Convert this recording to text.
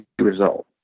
result